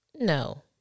No